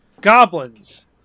goblins